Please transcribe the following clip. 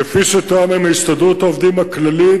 כפי שתואם עם הסתדרות העובדים הכללית